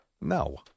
No